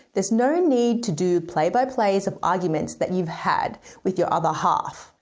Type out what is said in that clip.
there's no need to do play by plays of arguments that you've had with your other half.